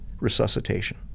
resuscitation